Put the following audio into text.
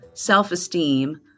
self-esteem